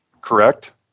Correct